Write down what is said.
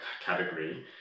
category